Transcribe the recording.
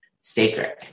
sacred